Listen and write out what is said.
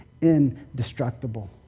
indestructible